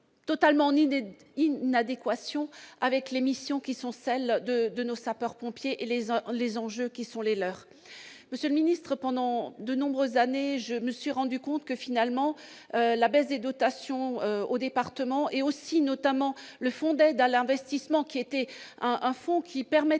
totalement needed d'inadéquation avec les missions qui sont celles de de nos sapeurs-pompiers et les uns les enjeux qui sont les leurs, monsieur le ministre, pendant de nombreuses années, je me suis rendu compte que finalement, la baisse des dotations aux départements et aussi notamment le fonds d'aide à l'investissement, qui était un un fonds qui permettait